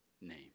name